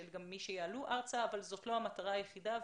אבל זאת לא המטרה היחידה.